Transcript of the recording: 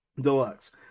Deluxe